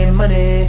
money